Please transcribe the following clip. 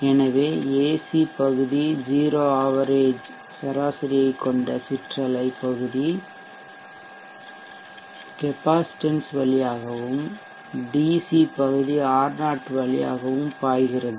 எனவே ஏசி பகுதி 0 ஆவரேஜ்சராசரியைக் கொண்ட சிற்றலை பகுதி கெப்பாசிட்டன்ஸ் வழியாகவும் டிசி பகுதி R0 வழியாகவும் பாய்கிறது